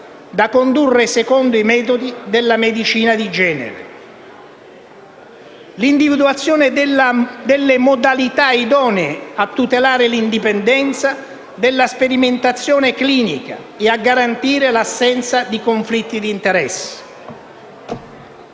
da condurre secondo i metodi della medicina di genere; l'individuazione delle modalità idonee a tutelare l'indipendenza della sperimentazione clinica e a garantire l'assenza di conflitti di interesse.